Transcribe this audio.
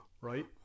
Right